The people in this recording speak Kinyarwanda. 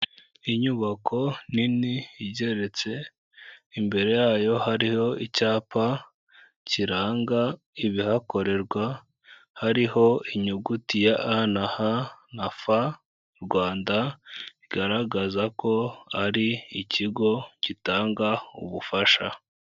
Inyubako nini igeretse, imbere yayo hariho icyapa kiranga ibihakorerwa, hariho inyuguti ya a na fa rwanda igaragaza ko ari ikigo gitanga ubufasha.